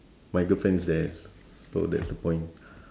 my girlfriend is there so that's the point